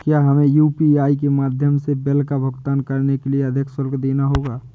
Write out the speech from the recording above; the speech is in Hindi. क्या हमें यू.पी.आई के माध्यम से बिल का भुगतान करने के लिए अधिक शुल्क देना होगा?